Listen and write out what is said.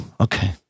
okay